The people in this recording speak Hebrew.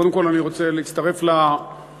קודם כול אני רוצה להצטרף לברכות